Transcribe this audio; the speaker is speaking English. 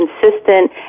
consistent